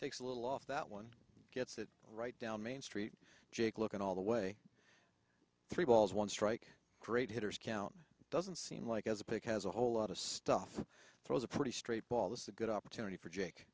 takes a little off that one gets it right down main street jake looking all the way three balls one strike great hitters count doesn't seem like as a pick has a whole lot of stuff throws a pretty straight ball this is a good opportunity for jake